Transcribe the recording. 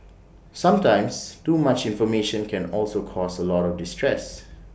sometimes too much information can also cause A lot of distress